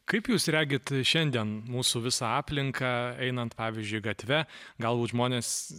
kaip jūs regit šiandien mūsų visą aplinką einant pavyzdžiui gatve galbūt žmonės